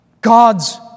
God's